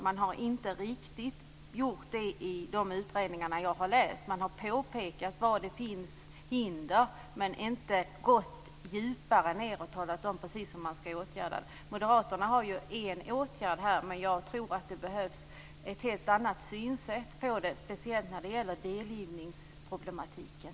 Detta har inte riktigt gjorts i de utredningar som jag har läst. Man har bara påpekat att det finns hinder men inte gått djupare och talat om precis hur detta skall åtgärdas. Moderaterna föreslår en åtgärd, men jag tror att det behövs ett helt annat synsätt på detta, speciellt när det gäller delgivningsproblematiken.